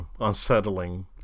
unsettling